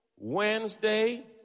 Wednesday